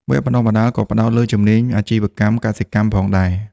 វគ្គបណ្តុះបណ្តាលក៏ផ្តោតលើជំនាញអាជីវកម្មកសិកម្មផងដែរ។